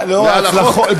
מעל החוק?